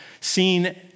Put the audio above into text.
seen